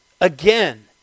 again